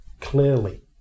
clearly